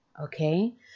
okay